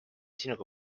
sinuga